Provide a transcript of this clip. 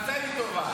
תעשה לי טובה --- כן,